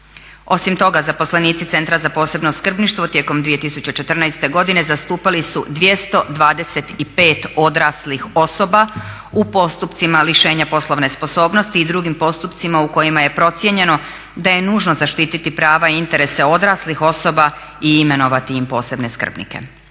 Osim toga, zaposlenici centra za posebno skrbništvo tijekom 2014. godine zastupali su 225 odraslih osoba u postupcima lišenja poslovne sposobnosti i drugim postupcima u kojima je procijenjeno da je nužno zaštititi prava i interese odraslih osoba i imenovati im posebne skrbnike.